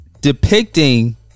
depicting